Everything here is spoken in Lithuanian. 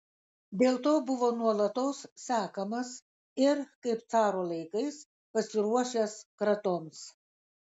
dėl to buvo nuolatos sekamas ir kaip caro laikais pasiruošęs kratoms